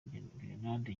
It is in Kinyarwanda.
gerenade